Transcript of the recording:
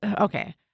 okay